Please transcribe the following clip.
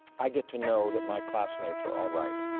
i get to know that my classmates are all right.